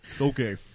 Okay